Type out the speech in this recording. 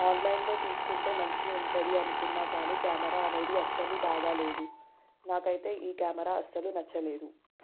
ఆన్లైన్లో తీసుకుంటే మంచిగా ఉంటుంది అనుకున్న కానీ కెమెరా అనేది అసలు బాగాలేదు నాకైతే ఈ కెమెరా అసలు నచ్చలేదు